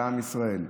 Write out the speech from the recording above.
בעם ישראל,